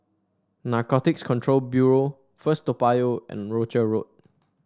Narcotics Control Bureau First Toa Payoh and Rochor Road